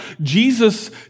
Jesus